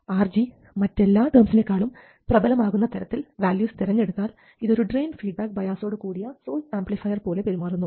RG മറ്റെല്ലാ ടേംസിനെക്കാളും പ്രബലമാകുന്ന തരത്തിൽ വാല്യൂസ് തെരഞ്ഞെടുത്താൽ ഇതൊരു ഡ്രയിൻ ഫീഡ്ബാക്ക് ബയാസോടു കൂടിയ സോഴ്സ് ആംപ്ലിഫയർ പോലെ പെരുമാറുന്നു